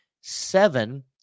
Seven